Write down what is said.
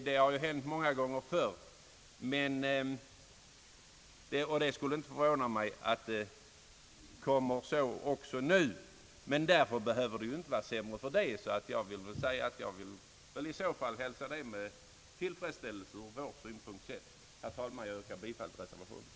Det har hänt många gånger förr, och det skulle inte förvåna mig om så blir fallet även nu, men förslaget behöver ju inte vara sämre fördenskull. Ur vår synpunkt skulle vi hälsa det med tillfredsställelse. Jag yrkar, herr talman, bifall till reservationen.